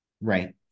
Right